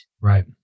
Right